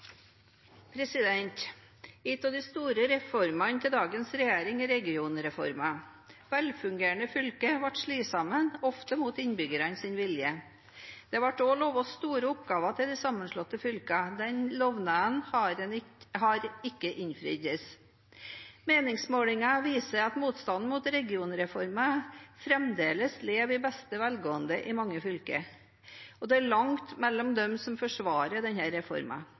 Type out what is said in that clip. av dei store reformene til dagens regjering er regionreforma. Velfungerande fylke vart slått saman, ofte mot innbyggjarane sin vilje. Det vart også lova store oppgåver til dei samanslåtte fylka, men den lovnaden har ein ikkje innfridd. Meiningsmålingar syner at motstanden mot regionreforma framleis lever i beste velgåande i mange fylke. Og det er langt mellom dei som forsvarar